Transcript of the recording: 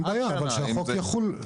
אין בעיה, אבל שהחוק יחול.